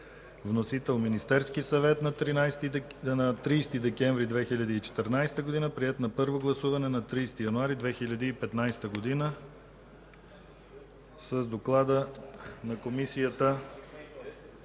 Вносител е Министерският съвет на 30 декември 2014 г. Приет е на първо гласуване на 30 януари 2015 г. С доклада на Комисията